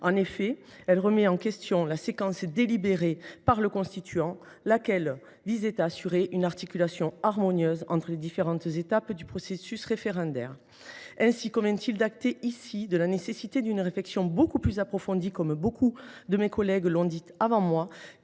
En effet, elle remet en question la séquence définie par le constituant, laquelle visait à assurer une articulation harmonieuse entre les différentes étapes du processus référendaire. Aussi convient il d’acter ici la nécessité d’une réflexion plus approfondie, comme beaucoup de mes collègues l’ont souligné avant moi.